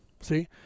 see